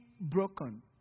broken